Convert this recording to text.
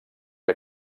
que